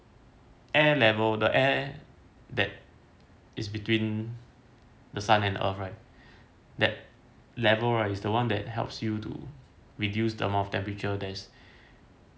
air level the air that is between the sun and earth right that level right is the one that helps you to reduce the amount of temperature that's